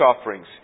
offerings